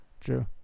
True